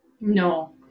No